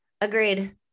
agreed